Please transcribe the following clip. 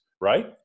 Right